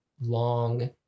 long